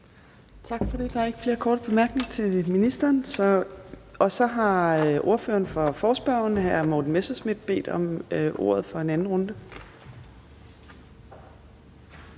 Tak for det. Der er ikke flere korte bemærkninger til ministeren. Så har ordføreren for forespørgerne, hr. Morten Messerschmidt, bedt om ordet for en anden runde.